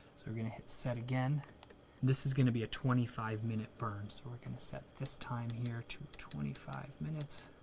so we're gonna hit set again this is gonna be a twenty five minute burn. so we're gonna set this time here twenty five minutes.